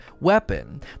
weapon